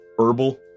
herbal